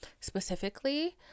specifically